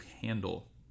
handle